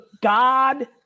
God